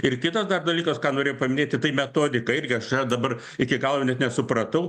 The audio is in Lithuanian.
ir kitas dar dalykas ką norėjau paminėti tai metodika irgi aš ją dabar iki galo net nesupratau